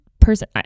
person